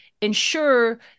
ensure